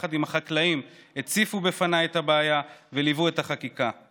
שיחד עם החקלאים הציפו בפניי את הבעיה וליוו את החקיקה.